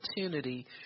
opportunity